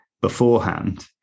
beforehand